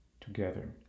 together